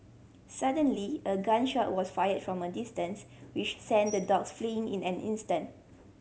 suddenly a gun shot was fired from a distance which sent the dogs fleeing in an instant